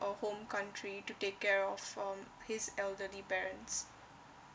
uh home country to take care of um his elderly parents